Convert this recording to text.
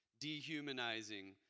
dehumanizing